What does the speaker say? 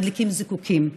מדליקים זיקוקים.